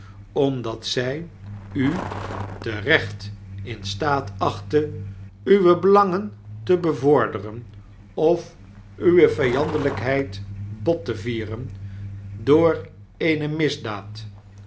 omdat zij u terecht in staat achtte uwe belangen te bevorderen of uwe vijandeljjkheid bot te vieren door eene misdaad